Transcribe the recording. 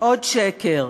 עוד שקר: